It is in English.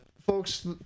folks